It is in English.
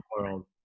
world